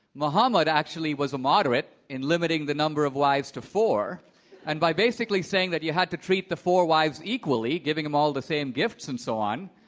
mohammed actually was a moderate in limiting the number of wives to four and by basically saying that you had to treat the four wives equally, giving them all the same gifts and so on.